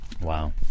wow